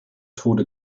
tode